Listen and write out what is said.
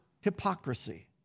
hypocrisy